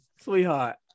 sweetheart